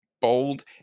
bold